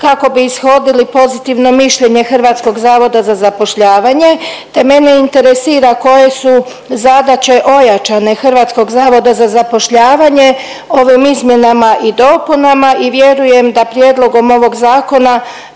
kako bi ishodili pozitivno mišljenje Hrvatskog zavoda za zapošljavanje te mene interesira koje su zadaće ojačane Hrvatskog zavoda za zapošljavanje ovim izmjenama i dopunama i vjerujem da prijedlogom ovog zakona,